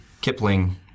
Kipling